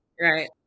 Right